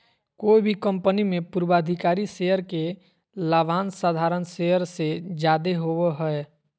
कोय भी कंपनी मे पूर्वाधिकारी शेयर के लाभांश साधारण शेयर से जादे होवो हय